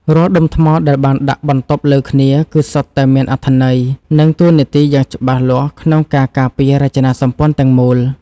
រាល់ដុំថ្មដែលបានដាក់បន្តុបលើគ្នាគឺសុទ្ធតែមានអត្ថន័យ និង តួនាទីយ៉ាងច្បាស់លាស់ក្នុងការការពាររចនាសម្ព័ន្ធទាំងមូល។